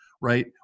right